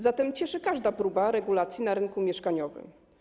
Zatem cieszy każda próba regulacji na rynku mieszkaniowym.